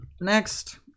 next